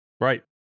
Right